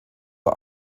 war